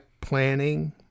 planning